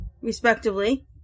respectively